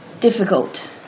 difficult